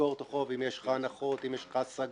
לסגור את החוב אם יש לך הנחות, אם יש לך הסגות,